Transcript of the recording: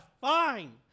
Fine